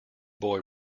boy